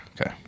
Okay